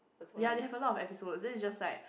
ya they have a lot of episodes then it's just like